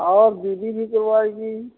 और बीबी भी करवाएगी